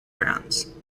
branes